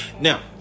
now